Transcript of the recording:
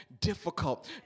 difficult